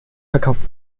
verkauft